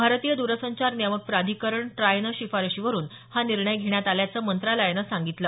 भारतीय द्रसंचार नियामक प्राधिकरण ट्रायच्या शिफारशीवरुन हा निर्णय घेण्यात आल्याचं मंत्रालयानं सांगितलं